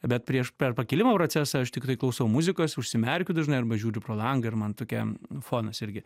bet prieš pakilimo procesą aš tiktai klausau muzikos užsimerkiu dažnai arba žiūriu pro langą ir man tokia fonas irgi